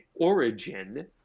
origin